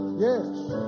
Yes